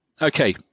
Okay